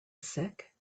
sick